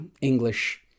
English